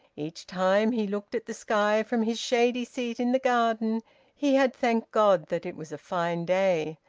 each time he looked at the sky from his shady seat in the garden he had thanked god that it was a fine day,